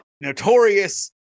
notorious